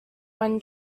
when